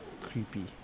creepy